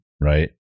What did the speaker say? right